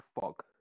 fog